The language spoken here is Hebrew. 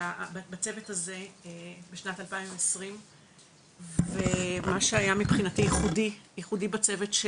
בצוות הזה בשנת 2020 ומה שהיה מבחינתי ייחודי בצוות,